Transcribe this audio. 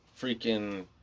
freaking